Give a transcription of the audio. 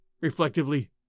reflectively